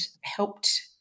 helped